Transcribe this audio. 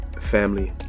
Family